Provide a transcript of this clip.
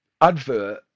advert